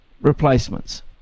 replacements